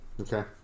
Okay